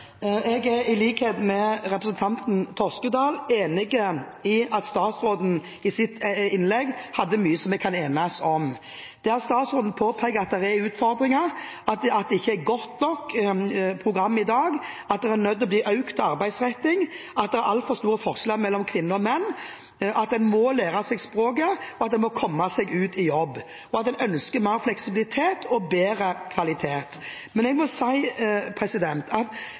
i likhet med representanten Toskedal, enig i at statsråden i sitt innlegg hadde mye som vi kan enes om. Det er at statsråden påpeker at det er utfordringer det ikke er et godt nok program i dag det må bli mer arbeidsretting det er altfor store forskjeller mellom kvinner og menn en må lære seg språket en må komme seg ut i jobb en ønsker mer fleksibilitet og bedre kvalitet Men jeg må si at da vi behandlet denne saken i komiteen, skapte lovforslaget egentlig forvirring. Jeg opplever heller ikke at